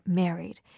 married